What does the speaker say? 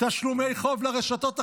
תשלומי חוב לרשתות החרדיות,